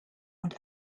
und